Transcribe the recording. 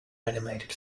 animated